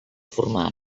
formal